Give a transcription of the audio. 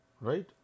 right